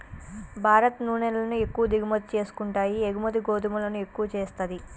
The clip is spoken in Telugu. భారత్ నూనెలను ఎక్కువ దిగుమతి చేసుకుంటాయి ఎగుమతి గోధుమలను ఎక్కువ చేస్తది